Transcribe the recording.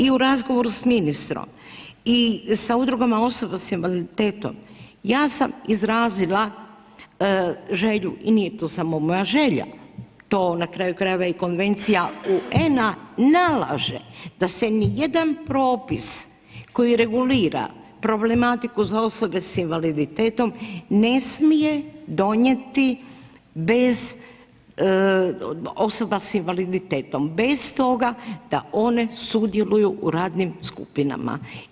I u razgovoru s ministrom i sa udrugama osoba sa invaliditetom ja sam izrazila želju i nije to samo moja želja, to na kraju krajeva Konvencija UN-a nalaže da se ni jedan propis koji regulira problematiku za osobe sa invaliditetom ne smije donijeti bez osoba sa invaliditetom, bez toga da one sudjeluju u radnim skupinama.